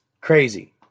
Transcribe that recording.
crazy